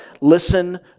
Listen